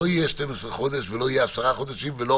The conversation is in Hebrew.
לא יהיה 12 חודש ולא יהיה 10 חודשים ולא